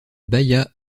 bahia